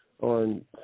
on